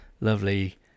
lovely